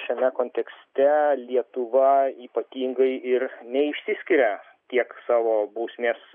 šiame kontekste lietuva ypatingai ir neišsiskiria tiek savo bausmės